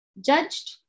judged